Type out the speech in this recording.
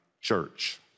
church